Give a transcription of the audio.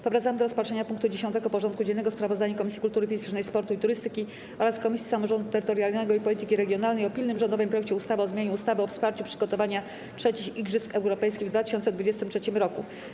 Powracamy do rozpatrzenia punktu 10. porządku dziennego: Sprawozdanie Komisji Kultury Fizycznej, Sportu i Turystyki oraz Komisji Samorządu Terytorialnego i Polityki Regionalnej o pilnym rządowym projekcie ustawy o zmianie ustawy o wsparciu przygotowania III Igrzysk Europejskich w 2023 roku.